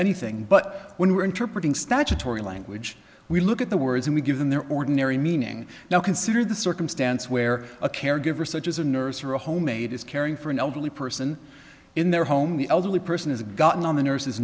anything but when we are interpreting statutory language we look at the words and we give them their ordinary meaning now consider the circumstance where a caregiver such as a nurse or a homemade is caring for an elderly person in their home the elderly person has gotten on the nurse